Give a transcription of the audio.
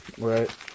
Right